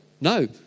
No